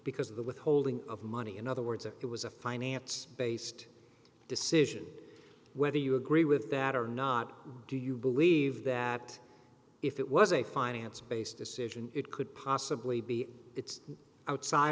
because of the withholding of money in other words if it was a finance based decision whether you agree with that or not do you believe that if it was a finance based decision it could possibly be it's outside